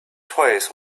twice